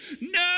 no